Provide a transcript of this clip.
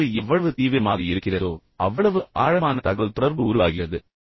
ஒரு உறவு எவ்வளவு தீவிரமாக இருக்கிறதோ அவ்வளவு ஆழமான தகவல் தொடர்பு உருவாகிறது